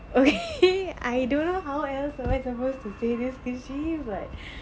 okay I don't know how else am I supposed to say this because she's like